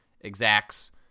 exacts